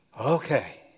Okay